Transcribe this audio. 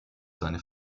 seine